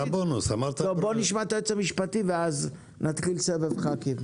בואו נשמע את היועץ המשפטי ולאחר מכן נתחיל סבב חברי כנסת.